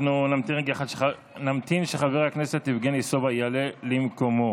אנחנו נמתין שחבר הכנסת יבגני סובה יעלה למקומו